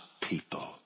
people